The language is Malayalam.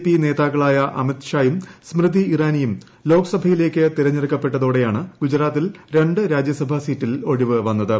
പി നേതാക്കളായ അമിത്ഷായും സ്മൃതി ഇറാനിയും ലോക്സഭയിലേയ്ക്ക് തെരഞ്ഞെടുക്കപ്പെട്ടതോടെയാണ് ഗുജറാത്തിൽ രണ്ട് രാജ്യസഭാ സീറ്റിൽ ഒഴിവുവന്നത്